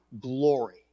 glory